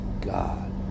God